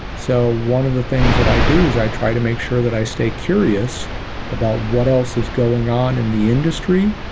so one of the things that i do is i try to make sure that i stay curious about what else is going on in the industry.